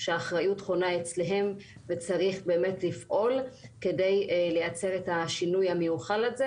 שאחריות חונה אצלם וצריך לפעול כדי לייצר את השינוי המיוחל הזה,